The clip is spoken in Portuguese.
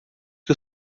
que